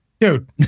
Dude